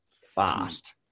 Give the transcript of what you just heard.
fast